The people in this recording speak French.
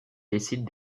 décide